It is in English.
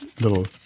little